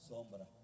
Sombra